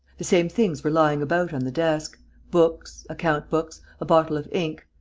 the same things were lying about on the desk books, account-books, a bottle of ink,